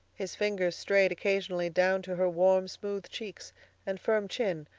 his fingers strayed occasionally down to her warm, smooth cheeks and firm chin,